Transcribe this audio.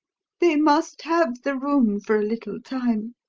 they must have the room for a little time.